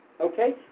Okay